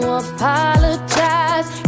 apologize